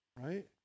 right